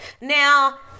Now